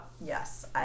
Yes